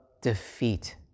defeat